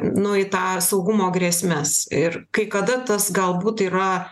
nu į tą saugumo grėsmes ir kai kada tas galbūt yra